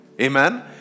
Amen